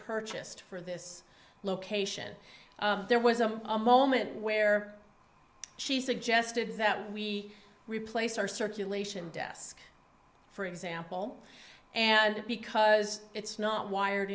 purchased for this location there was a moment where she suggested that we replace our circulation desk for example and because it's not wired